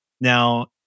Now